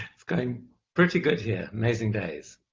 it's going pretty good here. amazing days.